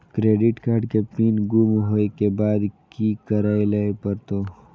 Credit card के PIN गुम होय के बाद की करै ल परतै?